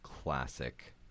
Classic